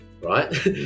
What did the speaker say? right